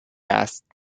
است